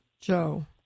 Joe